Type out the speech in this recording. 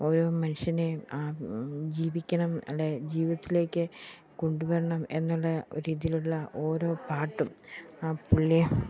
ഓരോ മനുഷ്യനെ ആ ജീവിക്കണം അല്ലെങ്കിൽ ജീവിതത്തിലേക്ക് കൊണ്ടുവരണം എന്നുള്ള ഒരു രീതിയിലുള്ള ഓരോ പാട്ടും പുള്ളിയെ